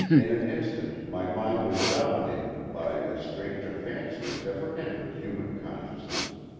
in an instant my mind was dominated by as strange a fancy as ever entered human consciousness.